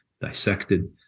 dissected